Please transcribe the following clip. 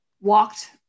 walked